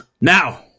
Now